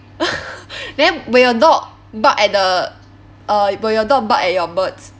then will your dog bark at the uh will your dog bark at your birds